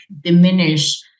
diminish